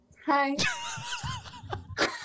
Hi